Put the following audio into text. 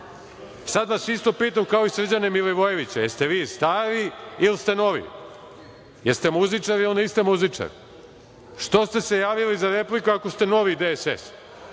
Sad vas isto pitam kao i Srđana Milivojevića - jeste vi stari ili novi? Jel ste muzičar ili niste muzičar? Što ste se javili za repliku ako ste Novi DSS?